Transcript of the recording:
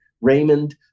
Raymond